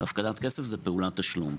והפקדת כסף זה פעולת תשלום.